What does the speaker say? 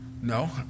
No